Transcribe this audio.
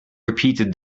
repeated